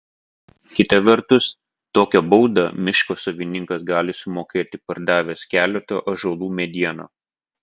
kita vertus tokią baudą miško savininkas gali sumokėti pardavęs keleto ąžuolų medieną